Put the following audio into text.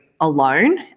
alone